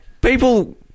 people